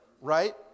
right